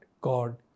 God